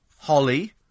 Holly